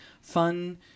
fun